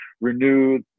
renew